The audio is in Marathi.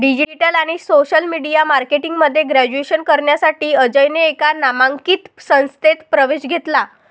डिजिटल आणि सोशल मीडिया मार्केटिंग मध्ये ग्रॅज्युएशन करण्यासाठी अजयने एका नामांकित संस्थेत प्रवेश घेतला